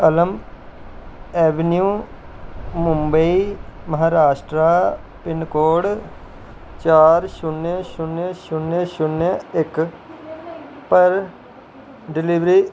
अलम avenue Mumbai Maharashtra pin code चार शून्य शून्य शून्य इक पर डिलीवरी